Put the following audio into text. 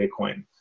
Bitcoin